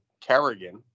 Kerrigan